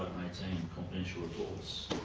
eighteen, confidential reports.